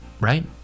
right